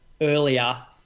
earlier